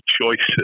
choices